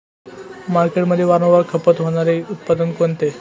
मार्केटमध्ये वारंवार खपत होणारे उत्पादन कोणते?